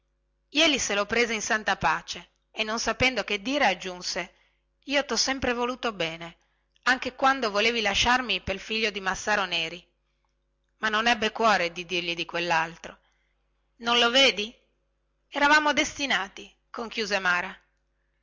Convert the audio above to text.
jeli se lo prese in santa pace e non sapendo che dire soggiunse io tho sempre voluto bene anche quando volevi lasciarmi pel figlio di massaro neri ma non ebbe cuore di dirgli di quellaltro non lo vedi eravamo destinati conchiuse mara